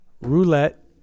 roulette